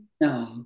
No